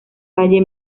valle